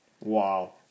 Wow